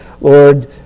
Lord